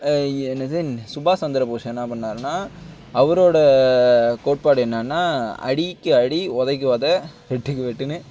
என்னது சுபாஷ் சந்திரபோஸ் என்ன பண்ணிணாருன்னா அவரோட கோட்பாடு என்னென்னா அடிக்கு அடி உதைக்கி உத வெட்டுக்கு வெட்டுன்னு